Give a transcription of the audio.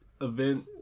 event